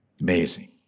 Amazing